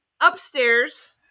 upstairs